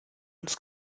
ins